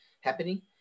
happening